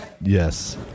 Yes